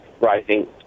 rising